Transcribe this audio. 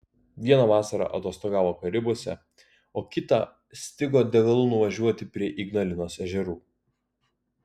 vieną vasarą atostogavo karibuose o kitą stigo degalų nuvažiuoti prie ignalinos ežerų